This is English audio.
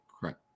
correct